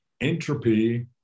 entropy